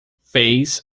fez